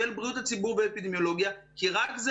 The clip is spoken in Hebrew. של בריאות הציבור באפידמיולוגיה כי רק זה